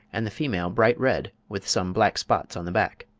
and the female bright red with some black spots on the back.